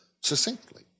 succinctly